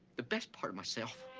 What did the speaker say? the best part of myself.